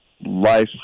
Life